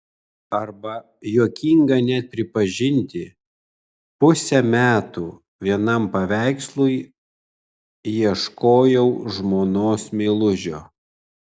arba juokinga net prisipažinti pusę metų vienam paveikslui ieškojau žmonos meilužio